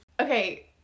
Okay